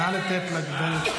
נא לתת לגברת.